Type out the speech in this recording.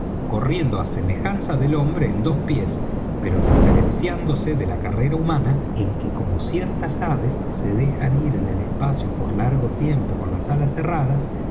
corriendo á semejanza del hombre en dos pies pero diferenciándose de la carrera humana en que como ciertas aves se dejan ir en el espacio por largo tiempo con las alas cerradas